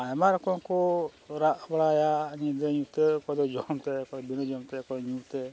ᱟᱭᱢᱟ ᱨᱚᱠᱚᱢ ᱠᱚ ᱨᱟᱜ ᱵᱟᱲᱟᱭᱟ ᱧᱤᱫᱟᱹ ᱧᱩᱛᱟᱹᱛ ᱚᱠᱚᱭ ᱫᱚ ᱡᱚᱢ ᱛᱮ ᱚᱠᱚᱭ ᱵᱤᱱᱟᱹ ᱡᱚᱢ ᱛᱮ ᱚᱠᱚᱭ ᱧᱩᱛᱮ